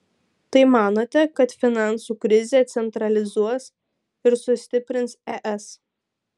tai manote kad finansų krizė centralizuos ir sustiprins es